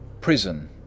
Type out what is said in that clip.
Prison